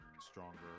stronger